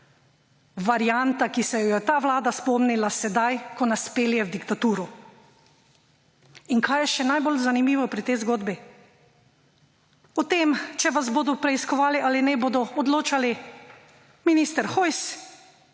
varianta, ki si jo je ta vlada spomnila sedaj, ko nas pelje v diktaturo. In kaj je še najbolj zanimivo pri tej zgodbi? O tem, če vas bodo preiskovali ali ne, bodo odločali minister Hojs,